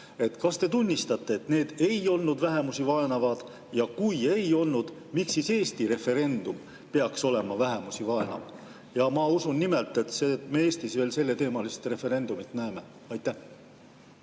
Kas te tunnistate, et need ei olnud vähemusi vaenavad? Ja kui ei olnud, miks siis Eesti referendum peaks olema vähemusi vaenav? Nimelt, ma usun, et me veel näeme Eestis selleteemalist referendumit. Aitäh,